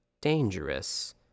dangerous